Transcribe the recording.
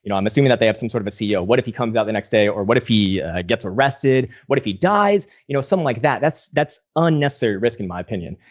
you know i'm assuming that they have some sort of a ceo. what if he comes out the next day or what if he gets arrested? what if he dies? you know, something like that. that's that's unnecessary risk, in my opinion.